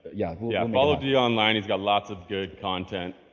yeah, yeah. follow dee online. he's got lots of good content.